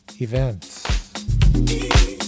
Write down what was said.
events